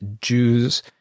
Jews